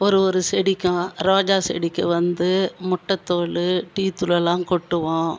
ஒரு ஒரு செடிக்கும் ரோஜா செடிக்கு வந்து முட்டத்தோல் டீத்தூளெல்லாம் கொட்டுவோம்